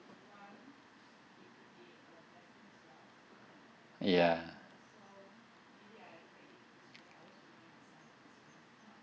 ya